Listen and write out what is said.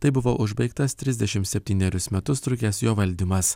taip buvo užbaigtas trisdešimt septynerius metus trukęs jo valdymas